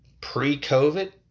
pre-COVID